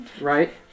Right